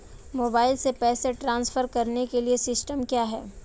Mobile से पैसे transfer करने के लिए सिस्टम क्या है?